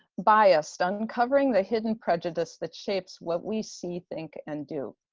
biased uncovering the hidden prejudice that shapes what we see, think and do,